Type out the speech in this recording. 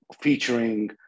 featuring